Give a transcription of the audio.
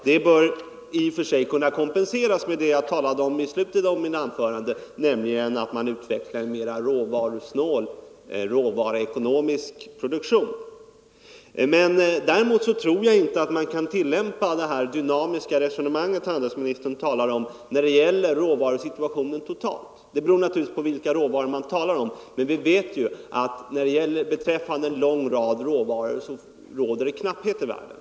Det bör i och för sig kunna kompenseras med det som jag talade om i slutet av mitt anförande, nämligen att man utvecklar en mer råvaruekonomisk produktion. Däremot tror jag inte att man kan tillämpa det dynamiska resonemang som handelsministern utvecklade när det gäller råvarusituationen totalt. Det beror naturligtvis på vilka råvaror man talar om. Men beträffande en lång rad av råvaror råder det knapphet i världen.